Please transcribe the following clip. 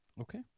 okay